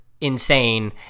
insane